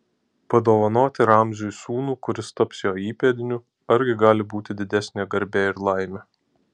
padovanoti ramziui sūnų kuris taps jo įpėdiniu argi gali būti didesnė garbė ir laimė